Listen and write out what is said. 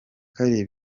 kabiri